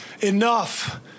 Enough